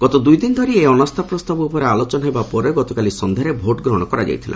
ଗତ ଦୁଇ ଦିନ ଧରି ଏହି ଅନାସ୍ଥାପ୍ରସ୍ତାବ ଉପରେ ଆଲୋଚନା ହେବା ପରେ ଗତକାଲି ସନ୍ଧ୍ୟାରେ ଭୋଟ୍ଗ୍ରହଣ କରାଯାଇଥିଲା